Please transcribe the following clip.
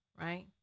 right